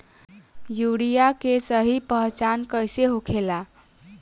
Urea के सही पहचान कईसे होखेला?